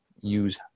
Use